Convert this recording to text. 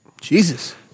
Jesus